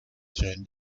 san